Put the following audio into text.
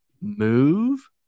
move